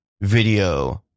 video